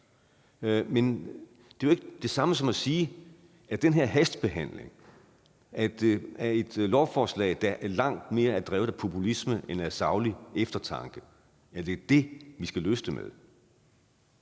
Men det er jo ikke det samme som at sige, at det er den her hastebehandling af et lovforslag, der langt mere er drevet af populisme end af saglig eftertanke, vi skal løse det med.